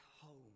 home